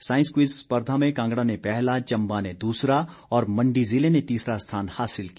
साईस क्विज स्पर्धा में कांगड़ा ने पहला चंबा ने दूसरा और मंडी जिले ने तीसरा स्थान हासिल किया